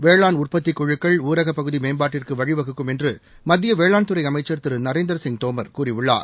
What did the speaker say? வேளாண் உற்பத்திக் குழுக்கள் ஊரகப் பகுதி மேம்பாட்டிற்கு வழிவகுக்கும் என்று மத்திய வேளாண்துறை அமைச்சர் திரு நரேந்திரசிங் தோமர் கூறியுள்ளார்